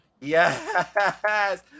yes